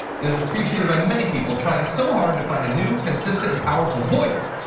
it is appreciated by many people trying so hard to find a new consistent and powerful voice.